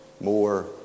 more